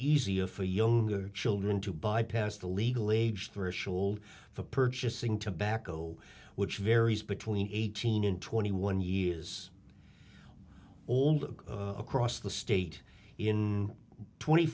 easier for younger children to bypass the legal age threshold for purchasing tobacco which varies between eighteen and twenty one years old across the state in twenty